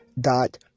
dot